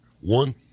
One